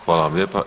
Hvala vam lijepa.